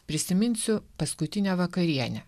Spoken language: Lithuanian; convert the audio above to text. prisiminsiu paskutinę vakarienę